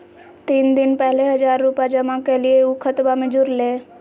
तीन दिन पहले हजार रूपा जमा कैलिये, ऊ खतबा में जुरले?